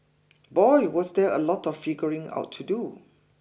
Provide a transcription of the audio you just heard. boy was there a lot of figuring out to do